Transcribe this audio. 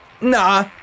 nah